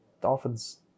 Dolphins